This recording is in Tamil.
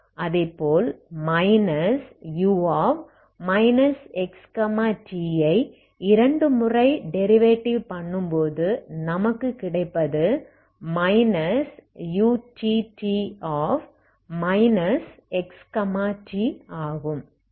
அதை போல் u xt ஐ இரண்டு முறை டெரிவேடிவ் பண்ணும்போது நமக்கு கிடைப்பது utt xt ஆகும்